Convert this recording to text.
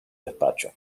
despacho